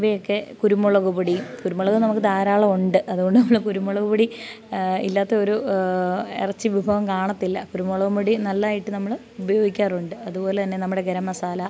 ഇവയൊക്കെ കുരുമുളകുപൊടി കുരുമുളക് നമുക്ക് ധാരാളമുണ്ട് അതുകൊണ്ട് നമ്മൾ കുരുമുളക്പൊടി ഇല്ലാത്തൊരു ഇറച്ചി വിഭവം കാണത്തില്ല കുരുമുളകും പൊടി നല്ലതായിട്ട് നമ്മൾ ഉപയോഗിക്കാറുണ്ട് അതുപോലെ തന്നെ നമ്മുടെ ഗരം മസാല